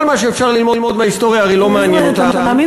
כל מה שאפשר ללמוד מההיסטוריה הרי לא מעניין אותם.